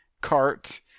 cart